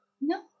no